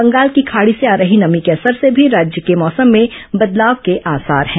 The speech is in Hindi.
बंगाल की खाड़ी से आ रही नमी के असर से भी राज्य के मौसम में बदलाव के आसार हैं